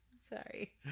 Sorry